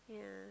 yeah